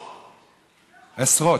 עשרות?